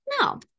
No